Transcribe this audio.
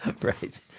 Right